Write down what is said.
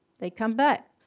they come back,